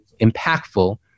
impactful